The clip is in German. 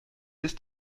ist